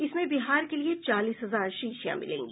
इसमें बिहार के लिए चालीस हजार शीशियां मिलेंगी